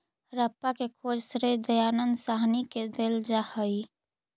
हड़प्पा के खोज के श्रेय दयानन्द साहनी के देल जा हई